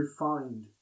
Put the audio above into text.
refined